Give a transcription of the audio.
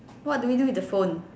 what do you do with the phone